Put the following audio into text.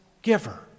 Giver